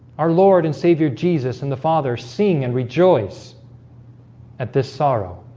our lord and savior jesus and the father sing and rejoice at this sorrow